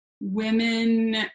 Women